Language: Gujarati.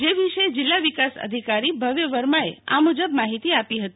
જ વિશ્ન જિલ્લા વિકાસ અધિકારી ભવ્ય વર્મા એ આ મુજબ માહિતી આપીઠ હતી